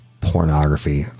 Pornography